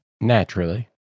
Naturally